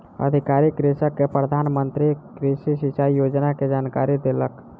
अधिकारी कृषक के प्रधान मंत्री कृषि सिचाई योजना के जानकारी देलक